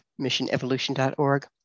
missionevolution.org